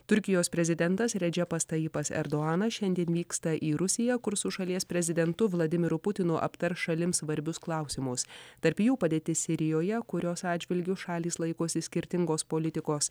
turkijos prezidentas redžepas tajipas erdohanas šiandien vyksta į rusiją kur su šalies prezidentu vladimiru putinu aptars šalims svarbius klausimus tarp jų padėtis sirijoje kurios atžvilgiu šalys laikosi skirtingos politikos